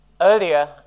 Earlier